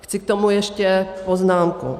Chci k tomu ještě poznámku.